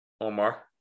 Omar